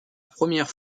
première